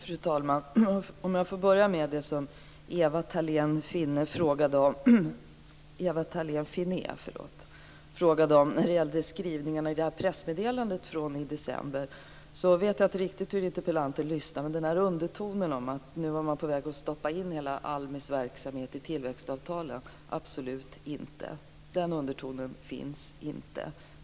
Fru talman! Jag skall börja med det som Ewa Thalén Finné frågade om när det gäller skrivningarna i pressmeddelandet från december. Jag vet inte riktigt hur interpellanten lyssnade, men den underton som hon talade om, att man var på väg att stoppa in hela ALMI:s verksamhet i tillväxtavtalen, finns absolut inte.